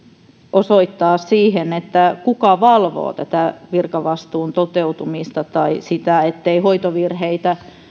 osoittaa siihen kuka valvoo virkavastuun toteutumista tai sitä ettei hoitovirheitä